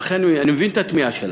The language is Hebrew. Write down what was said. ולכן אני מבין את התמיהה שלך.